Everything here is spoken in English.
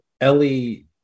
ellie